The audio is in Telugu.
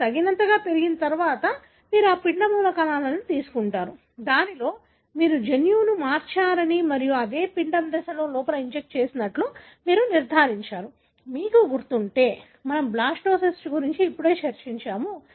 మీరు తగినంతగా పెరిగిన తర్వాత మీరు ఈ పిండ మూలకణాలను తీసుకుంటారు దీనిలో మీరు జన్యువును మార్చారని మరియు అదే పిండ దశలో లోపల ఇంజెక్ట్ చేసినట్లు మీరు నిర్ధారించారు మీకు గుర్తుంటే మనము బ్లాస్టోసిస్ట్ గురించి ఇప్పుడే చర్చించాము